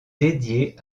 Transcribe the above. dédiés